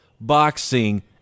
boxing